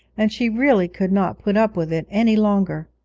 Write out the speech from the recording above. and she really could not put up with it any longer.